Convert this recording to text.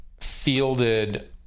fielded